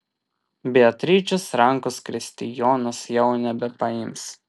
beatričės rankos kristijonas jau nebepaims